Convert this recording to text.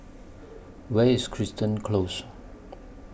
Where IS Crichton Close